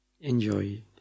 Enjoy